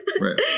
Right